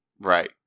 Right